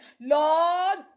Lord